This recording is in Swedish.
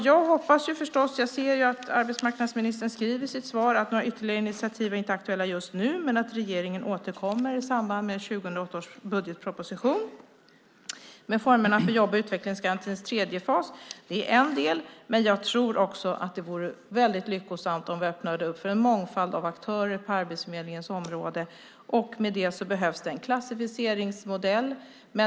Jag ser att arbetsmarknadsministern säger i sitt svar att några ytterligare initiativ inte är aktuella just nu och att regeringen återkommer i samband med 2008 års budgetproposition mer formerna för jobb och utvecklingsgarantins tredje fas. Det är en del. Jag tror också att det vore väldigt lyckosamt om vi öppnade för en mångfald av aktörer på arbetsförmedlingens område. Med det behövs en klassificeringsmodell.